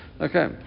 Okay